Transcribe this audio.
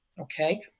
Okay